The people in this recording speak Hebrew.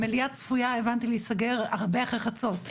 הבנתי שהמליאה צפויה להיסגר הרבה אחרי חצות.